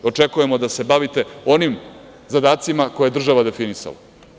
Očekujemo da se bavite onim zadacima koje je država definisala.